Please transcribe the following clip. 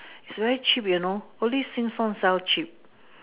it's very cheap you know only Sheng-Siong sell cheap